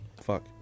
Fuck